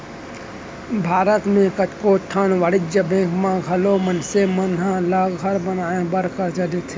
भारत म कतको ठन वाणिज्य बेंक मन घलौ मनसे मन ल घर बनाए बर करजा देथे